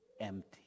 empty